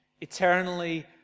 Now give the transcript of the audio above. eternally